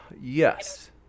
Yes